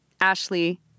Ashley